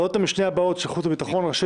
ועדות המשנה הבאות של ועדת החוץ והביטחון רשאיות